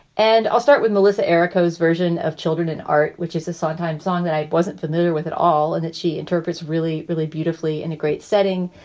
and i'll start with melissa erica's version of children and art, which is a sondheim song that i wasn't familiar with at all, and that she interprets really, really beautifully in a great setting.